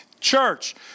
Church